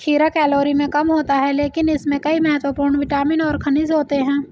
खीरा कैलोरी में कम होता है लेकिन इसमें कई महत्वपूर्ण विटामिन और खनिज होते हैं